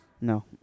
No